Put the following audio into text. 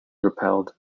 repelled